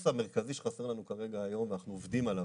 הבסיס המרכזי שחסר לנו כרגע היום ואנחנו עובדים עליו,